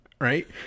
Right